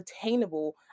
attainable